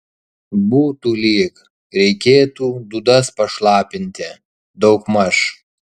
būtų lyg reikėtų dūdas pašlapinti daugmaž